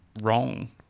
wrong